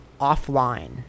offline